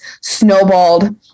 snowballed